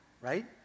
right